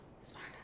Smart